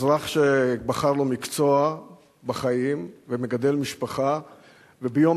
אזרח שבחר לו מקצוע בחיים ומגדל משפחה וביום